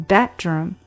Bathroom